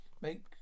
make